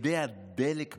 אדי הדלק באוויר,